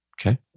Okay